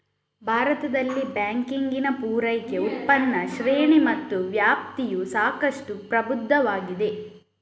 ಭಾರತದಲ್ಲಿ ಬ್ಯಾಂಕಿಂಗಿನ ಪೂರೈಕೆ, ಉತ್ಪನ್ನ ಶ್ರೇಣಿ ಮತ್ತು ವ್ಯಾಪ್ತಿಯು ಸಾಕಷ್ಟು ಪ್ರಬುದ್ಧವಾಗಿದೆ